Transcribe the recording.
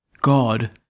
God